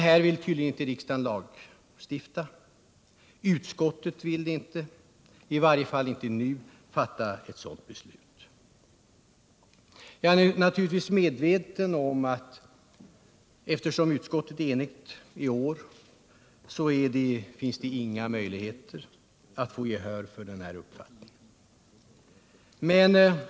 Här vill riksdagen tydligen inte lagstifta. Eftersom utskottet är enigt i år finns det inga möjligheter att vinna gehör för den här uppfattningen.